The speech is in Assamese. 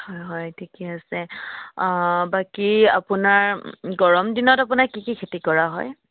হয় হয় ঠিকে আছে বাকী আপোনাৰ গৰম দিনত আপোনাৰ কি কি খেতি কৰা হয়